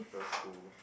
the school